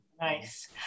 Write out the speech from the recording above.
Nice